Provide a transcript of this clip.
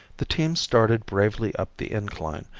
the team started bravely up the incline,